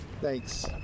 Thanks